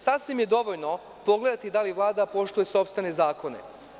Sasvim je dovoljno pogledati da li Vlada poštuje sopstvene zakone.